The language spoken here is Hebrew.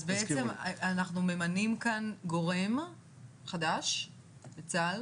אז בעצם אנחנו ממנים כאן גורם חדש בצה"ל